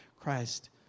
Christ